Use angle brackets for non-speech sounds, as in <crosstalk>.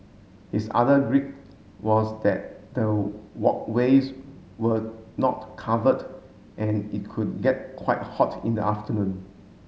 his other <unintelligible> was that the walkways were not covered and it could get quite hot in the afternoon